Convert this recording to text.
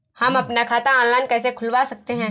हम अपना खाता ऑनलाइन कैसे खुलवा सकते हैं?